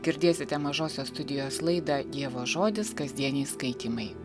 girdėsite mažosios studijos laidą dievo žodis kasdieniai skaitymai